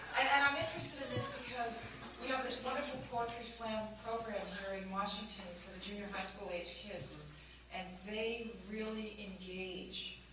and i'm interested in this because you have this wonderful poetry slam program here in washington, for the junior high school aged kids and they really engage.